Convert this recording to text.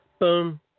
Boom